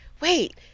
wait